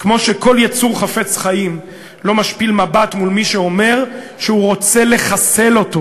כמו שכל יצור חפץ חיים לא משפיל מבט מול מי שאומר שהוא רוצה לחסל אותו.